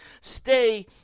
stay